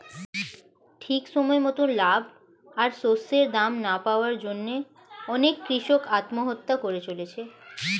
ঠিক সময় মতন লাভ আর শস্যের দাম না পাওয়ার জন্যে অনেক কূষক আত্মহত্যা করে চলেছে